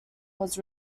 was